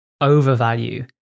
overvalue